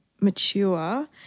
mature